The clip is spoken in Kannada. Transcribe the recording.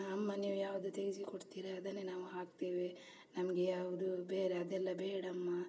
ಅಮ್ಮ ನೀವು ಯಾವುದು ತೆಗಿಸಿ ಕೊಡ್ತೀರಾ ಅದನ್ನೇ ನಾವು ಹಾಕ್ತೇವೆ ನಮಗೆ ಯಾವುದು ಬೇರೆ ಅದೆಲ್ಲ ಬೇಡಮ್ಮ